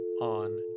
on